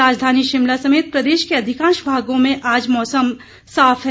राजधानी शिमला समेत प्रदेश के अधिकांश भागों में आज मौसम साफ है